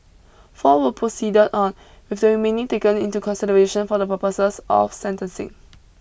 four were proceeded on with the remaining taken into consideration for the purposes of sentencing